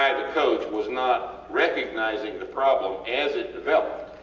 i the coach was not recognizing the problem as it developed